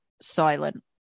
silent